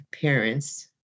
parents